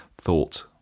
thought